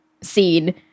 scene